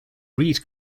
read